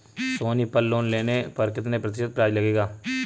सोनी पल लोन लेने पर कितने प्रतिशत ब्याज लगेगा?